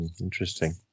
Interesting